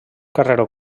carreró